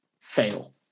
fail